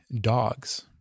dogs